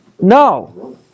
No